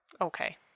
Okay